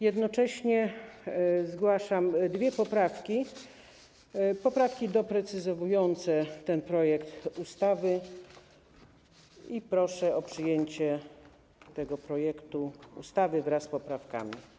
Jednocześnie zgłaszam dwie poprawki doprecyzowujące ten projekt ustawy i proszę o przyjęcie tego projektu ustawy wraz z poprawkami.